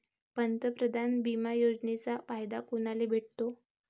पंतप्रधान बिमा योजनेचा फायदा कुनाले भेटतो?